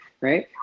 right